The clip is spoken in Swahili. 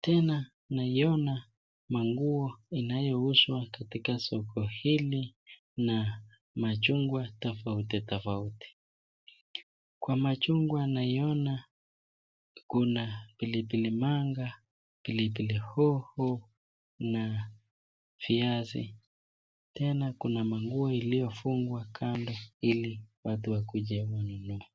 Tena naiona manguo inayouzwa katika soko hili na machungwa tofauti tofauti. Kwa machungwa naiona kuna pilipili manga, pilipili hoho na viazi. Tena kuna manguo iliyofungwa kando ili watu wajinunue.